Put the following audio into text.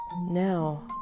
Now